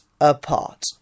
apart